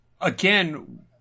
again